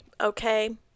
Okay